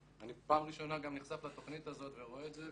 אני פעם ראשונה גם נחשף לתכנית הזאת ורואה את זה,